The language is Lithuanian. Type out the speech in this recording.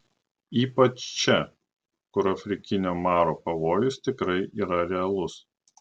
ypač čia kur afrikinio maro pavojus tikrai yra realus